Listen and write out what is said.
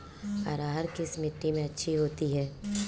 अरहर किस मिट्टी में अच्छी होती है?